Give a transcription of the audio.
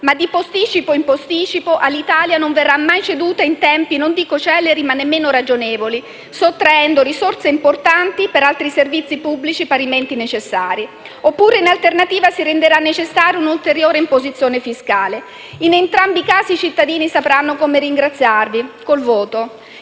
ma, di posticipo in posticipo, Alitalia non verrà mai ceduta in tempi non dico celeri, ma nemmeno ragionevoli, sottraendo risorse importanti per altri servizi pubblici parimenti necessari. In alternativa, si renderà necessaria un'ulteriore imposizione fiscale. In entrambi i casi, i cittadini sapranno come ringraziarvi: con il voto.